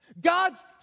God's